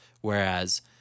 Whereas